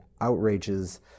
outrages